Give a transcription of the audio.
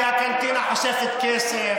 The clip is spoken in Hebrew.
כי הקנטינה חוסכת כסף,